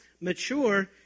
mature